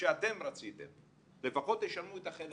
שאתם רציתם ולפחות תשלמו את החלק הזה.